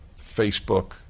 Facebook